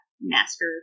master